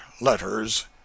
letters